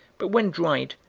but, when dried,